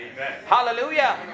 Hallelujah